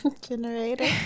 generator